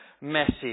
message